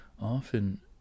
often